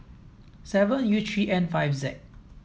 seven U three N five Z